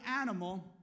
animal